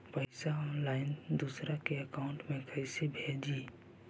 पैसा ऑनलाइन दूसरा के अकाउंट में कैसे भेजी?